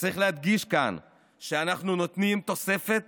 וצריך להדגיש כאן שאנחנו נותנים תוספת